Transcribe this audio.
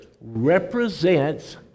represents